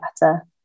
better